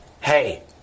hey